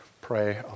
pray